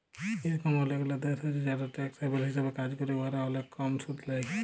ইরকম অলেকলা দ্যাশ আছে যারা ট্যাক্স হ্যাভেল হিসাবে কাজ ক্যরে উয়ারা অলেক কম সুদ লেই